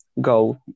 go